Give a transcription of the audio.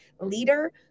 leader